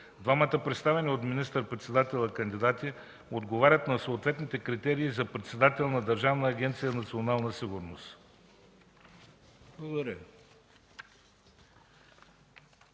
двамата представени от министър-председателя кандидати отговарят на съответните критерии за председател на Държавна агенция „Национална сигурност”.”